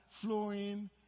flowing